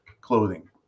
clothing